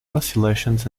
oscillations